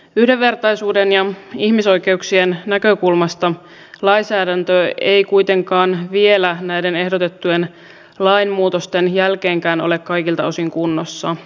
yhdenvertaisuuden ja ihmisoikeuksien näkökulmasta lainsäädäntö ei kuitenkaan vielä näiden ehdotettujen lainmuutosten jälkeenkään ole kaikilta osin kunnossa